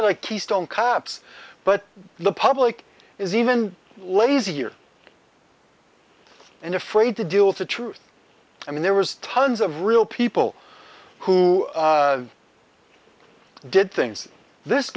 i keystone cops but the public is even lazier and afraid to deal with the truth i mean there was tons of real people who did things this